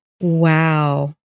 Wow